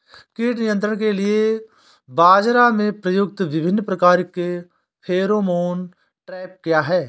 कीट नियंत्रण के लिए बाजरा में प्रयुक्त विभिन्न प्रकार के फेरोमोन ट्रैप क्या है?